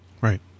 Right